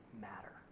matter